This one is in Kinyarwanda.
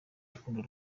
urukundo